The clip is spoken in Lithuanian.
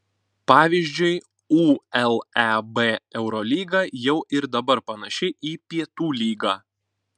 pavyzdžiui uleb eurolyga jau ir dabar panaši į pietų lygą